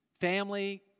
Family